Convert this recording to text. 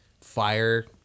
fire